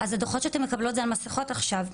אז הדוחות שאתן מקבלות זה על מסכות עכשיו?